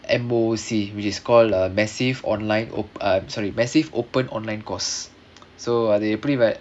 M_O_C which is call uh massive online o~ sorry massive open online course so அது எப்படி:adhu eppadi